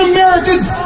Americans